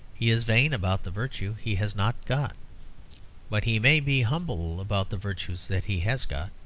he is vain about the virtue he has not got but he may be humble about the virtues that he has got.